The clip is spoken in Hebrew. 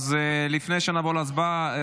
אז לפני שנעבור להצבעה,